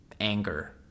anger